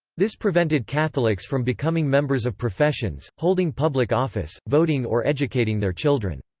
this prevented catholics from becoming members of professions, holding public office, voting or educating their children.